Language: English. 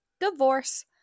Divorce